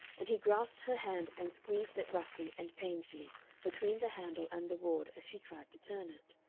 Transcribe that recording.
and he grasped her hand and squeezed it roughly and painfully between the handle and the ward as she tried to turn it.